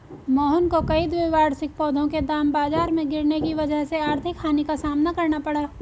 मोहन को कई द्विवार्षिक पौधों के दाम बाजार में गिरने की वजह से आर्थिक हानि का सामना करना पड़ा